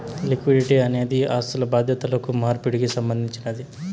liquidity అనేది ఆస్థులు బాధ్యతలు మార్పిడికి సంబంధించినది